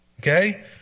okay